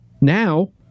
now